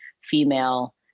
female